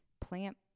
Plant